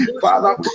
Father